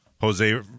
Jose